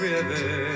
River